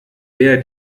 der